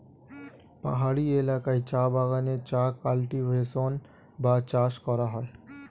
পাহাড়ি এলাকায় চা বাগানে চা কাল্টিভেশন বা চাষ করা হয়